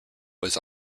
was